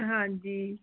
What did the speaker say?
ਹਾਂਜੀ